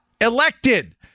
Elected